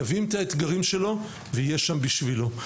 יבין את האתגרים שלו ויהיה שם בשבילו.